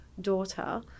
daughter